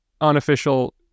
unofficial